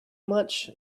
much